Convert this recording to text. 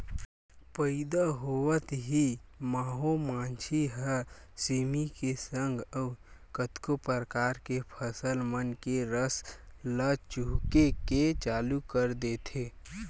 पइदा होवत ही माहो मांछी ह सेमी के संग अउ कतको परकार के फसल मन के रस ल चूहके के चालू कर देथे